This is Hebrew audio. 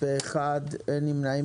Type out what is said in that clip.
מי נמנע?